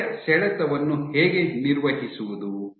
ಪೊರೆಯ ಸೆಳೆತವನ್ನು ಹೇಗೆ ನಿರ್ವಹಿಸುವುದು